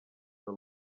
del